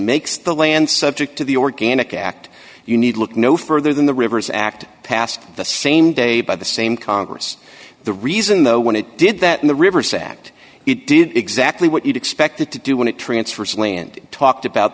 makes the land subject to the organic act you need look no further than the rivers act passed the same day by the same congress the reason though when it did that in the river sacked it did exactly what you'd expect it to do when it transfers land talked about